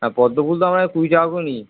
হ্যাঁ পদ্ম ফুল তো আমরা কুড়ি টাকা করে নিই